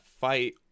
fight